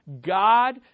god